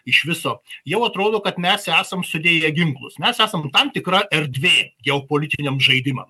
iš viso jau atrodo kad mes esam sudėję ginklus mes esam tam tikra erdvė geopolitiniam žaidimam